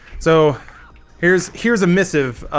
so here's here's a missive.